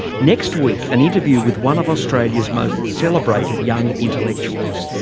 next week an interview with one of australia's most celebrated young intellectuals,